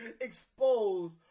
expose